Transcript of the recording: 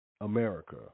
America